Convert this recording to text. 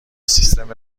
سیستم